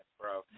bro